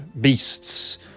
beasts